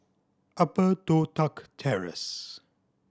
Upper Toh Tuck Terrace